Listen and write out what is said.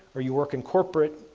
or you work in corporate,